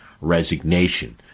resignation